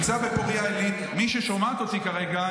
מי ששומעת אותי כרגע,